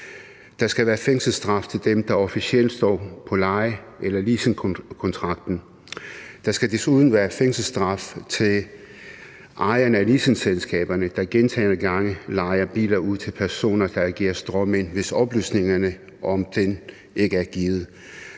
Der skal være fængselsstraf til dem, der officielt står på leje- eller leasingkontrakten, og der skal desuden være fængselsstraf til ejerne af leasingselskaberne, der gentagne gange lejer biler ud til personer, der agerer stråmænd, hvis oplysningerne om dem ikke er givet.